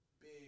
big